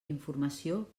informació